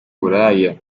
uburaya